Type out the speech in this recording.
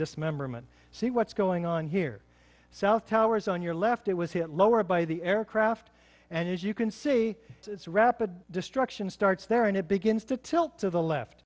dismemberment see what's going on here south towers on your left it was hit lower by the aircraft and as you can see it's rapid destruction starts there and it begins to tilt to the left